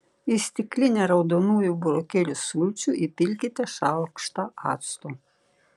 į stiklinę raudonųjų burokėlių sulčių įpilkite šaukštą acto